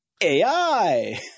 AI